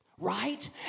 Right